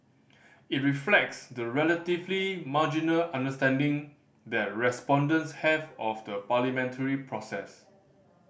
it reflects the relatively marginal understanding that respondents have of the parliamentary process